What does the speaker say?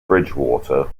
bridgwater